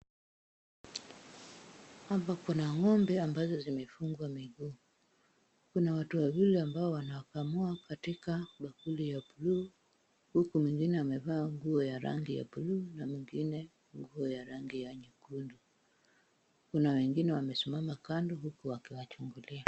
Hapa kuna ng'ombe ambao wamefungwa miguu, kuna watu wawili ambao wanakamua katika bakuli ya bluu, huku mwingine amevaa nguo ya rangi ya bluu na wengine nguo ya rangi ya nyekundu, kuna wengine wasimama kando huku wakiwachungulia.